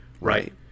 Right